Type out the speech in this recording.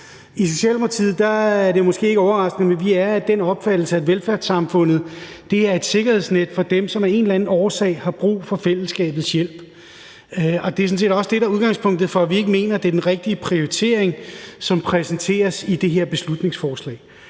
I Socialdemokratiet – og det er måske ikke overraskende – er vi af den opfattelse, at velfærdssamfundet er et sikkerhedsnet for dem, som af en eller anden årsag har brug for fællesskabets hjælp. Og det er sådan set også det, der er udgangspunktet for, at vi ikke mener, at det er den rigtige prioritering, som præsenteres i det her beslutningsforslag.